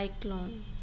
Cyclone